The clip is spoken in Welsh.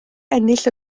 ennill